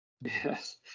yes